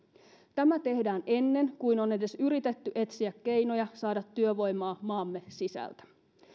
tämä tehdään ennen kuin on edes yritetty etsiä keinoja saada työvoimaa maamme sisältä